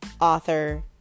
author